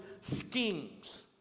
schemes